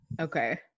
Okay